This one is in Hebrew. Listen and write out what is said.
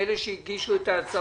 לאלה שהגישו את ההצעות.